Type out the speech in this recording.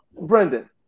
Brendan